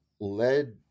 led